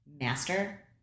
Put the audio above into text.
master